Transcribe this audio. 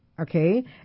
Okay